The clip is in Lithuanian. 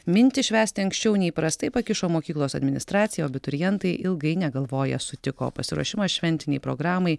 mintį švęsti anksčiau neįprastai pakišo mokyklos administracija o abiturientai ilgai negalvoję sutiko pasiruošimas šventinei programai